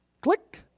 click